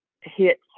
hit